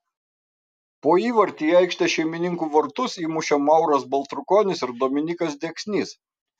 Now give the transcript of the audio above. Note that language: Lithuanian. po įvartį į aikštės šeimininkų vartus įmušė mauras baltrukonis ir dominykas deksnys